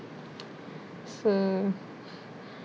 so